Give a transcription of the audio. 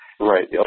Right